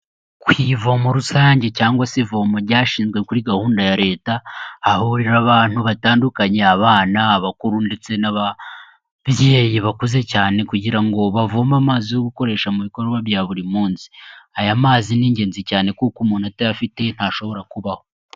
Ku ivomo rusange cyangwa se ivomo ryashinzwe kuri gahunda ya leta hahurira abantu batandukanye, abana, abakuru ndetse n'ababyeyi bakuze cyane kugirango bavome amazi yo gukoresha mu bikorwa bya buri munsi. Aya mazi ni ingenzi cyane kuko umuntu atayafite ntashobora kubaho.